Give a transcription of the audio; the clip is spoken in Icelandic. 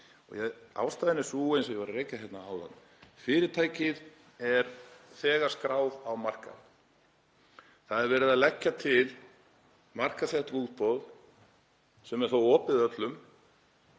Ástæðan er sú, eins og ég var að rekja hérna áðan, að fyrirtækið er þegar skráð á markað. Það er verið að leggja til markaðssett útboð sem er þó opið öllum,